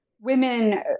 Women